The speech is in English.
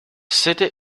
city